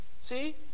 See